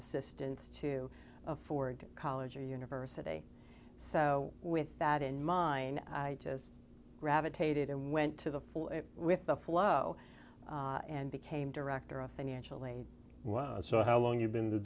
assistance to afford college or university so with that in mind i just gravitated and went to the full with the flow and became director of financial aid so how long you've been the